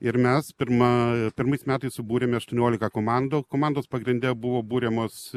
ir mes pirma pirmais metais subūrėme aštuoniolika komandų komandos pagrinde buvo buriamos